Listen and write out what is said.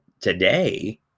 today